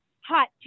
hot